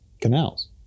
canals